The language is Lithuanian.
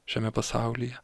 šiame pasaulyje